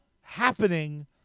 happening